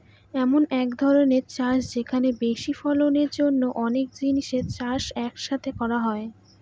এমন এক ধরনের চাষ যেখানে বেশি ফলনের জন্য অনেক জিনিসের চাষ এক সাথে করা হয়